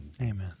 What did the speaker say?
Amen